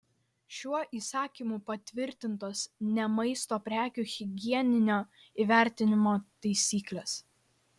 šiuo įsakymu patvirtintos ne maisto prekių higieninio įvertinimo taisyklės